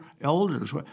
elders